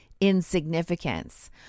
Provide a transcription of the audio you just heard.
insignificance